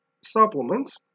Supplements